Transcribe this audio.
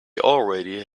already